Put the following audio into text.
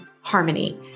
harmony